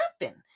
happen